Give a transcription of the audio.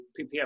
PPF